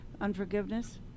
unforgiveness